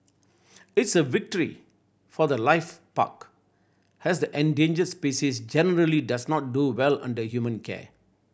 it's a victory for the life park as the endangered species generally does not do well under human care